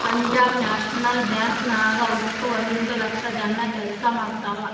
Punjab national bank ನಾಗ್ ವಟ್ಟ ಒಂದ್ ಲಕ್ಷ ಜನ ಕೆಲ್ಸಾ ಮಾಡ್ತಾರ್